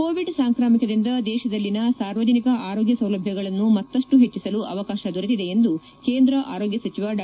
Covid ಸಾಂಕ್ರಾಮಿಕದಿಂದ ದೇಶದಲ್ಲಿನ ಸಾರ್ವಜನಿಕ ಆರೋಗ್ಯ ಸೌಲಭ್ಯಗಳನ್ನು ಮತ್ತಪ್ಟು ಹೆಚ್ಚಸಲು ಅವಕಾಶ ದೊರೆತಿದೆ ಎಂದು ಕೇಂದ್ರ ಆರೋಗ್ವ ಸಚಿವ ಡಾ